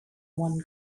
one